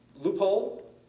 loophole